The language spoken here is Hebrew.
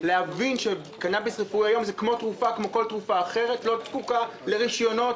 הוא להבין שקנאביס רפואי הוא כמו כל תרופה אחרת שלא זקוקה לרישיונות.